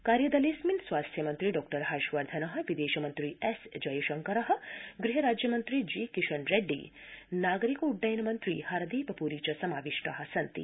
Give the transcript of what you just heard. कार्यले ऽस्मिन् स्वास्थ्य मन्त्री डॉ हर्षवर्धन विदेशमन्त्री एस जयशंकर गृह राज्यमन्त्री जी किशन रेड़डी नागरिकोड़डयनमन्त्री हरदीप प्री च समाविष्टा सन्ति